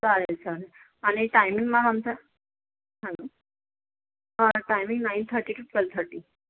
चालेल चालेल आणि टाईमिंग मॅम आमचा hello timing nine thirty to twelve thirty